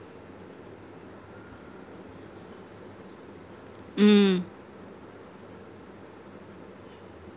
mm